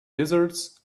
lizards